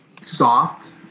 soft